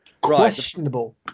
Questionable